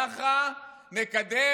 ואנחנו ככה נקדם,